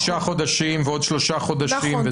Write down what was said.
שישה חודשים ועוד שלושה חודשים.